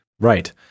Right